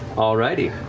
all righty.